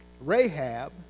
Rahab